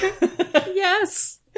Yes